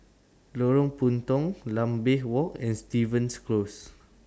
Lorong Puntong Lambeth Walk and Stevens Close